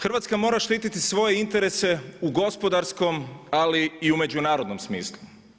Hrvatska mora štititi svoje interese u gospodarskom ali i u međunarodnom smislu.